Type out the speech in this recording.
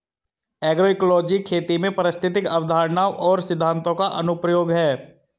agroecology खेती में पारिस्थितिक अवधारणाओं और सिद्धांतों का अनुप्रयोग है